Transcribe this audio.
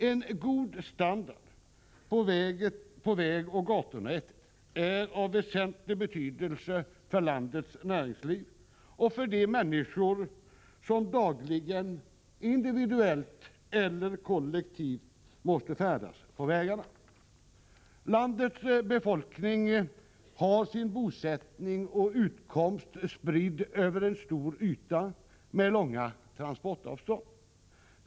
En god standard på vägoch gatunätet är av väsentlig betydelse för landets näringsliv och för de människor som dagligen, individuellt eller kollektivt, måste färdas på vägarna. Landets befolkning har sin bosättning och utkomst spridd över en stor yta med långa transportavstånd.